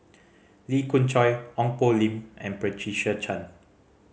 Lee Khoon Choy Ong Poh Lim and Patricia Chan